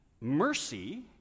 mercy